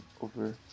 over